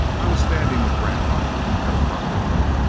i was standing with grantline at a front window.